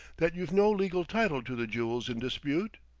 that you've no legal title to the jewels in dispute?